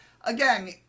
again